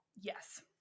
Yes